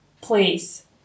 please